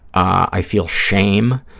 i feel shame,